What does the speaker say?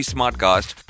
Smartcast